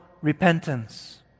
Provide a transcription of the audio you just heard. repentance